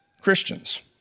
Christians